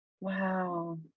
wow